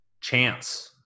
chance